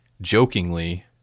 jokingly